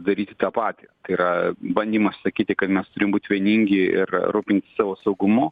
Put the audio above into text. daryti tą patį tai yra bandymas sakyti kad mes turim būt vieningi ir rūpintis savo saugumu